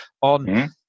on